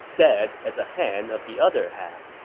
dead at the hand of the other half?